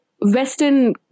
Western